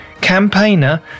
campaigner